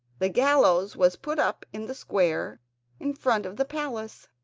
the gallows was put up in the square in front of the palace.